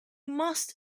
must